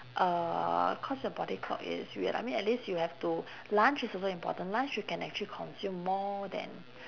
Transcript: uh cause your body clock is weird I mean at least you have to lunch is also important lunch you can actually consume more than